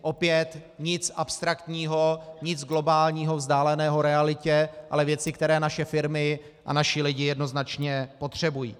Opět nic abstraktního, nic globálního, vzdáleného realitě, ale věci, které naše firmy a naši lidé jednoznačně potřebují.